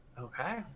Okay